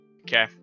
Okay